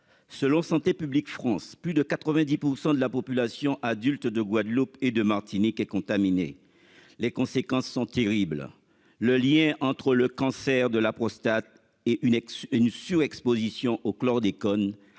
selon Santé publique France, plus de 90% de la population adulte de Guadeloupe et de Martinique est contaminée. Les conséquences sont terribles. Le lien entre le cancer de la prostate est une ex-une sous-Exposition au chlordécone